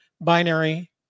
binary